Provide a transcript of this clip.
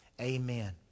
amen